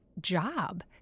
job